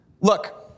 Look